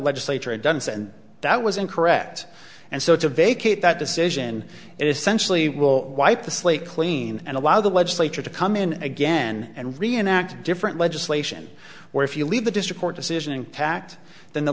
legislature and done so and that was incorrect and so to vacate that decision it essentially will wipe the slate clean and allow the legislature to come in again and reenact different legislation where if you leave the district court decision impact than the